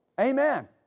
Amen